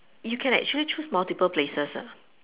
you can actually choose multiple places ah